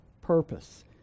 purpose